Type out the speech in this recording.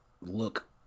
look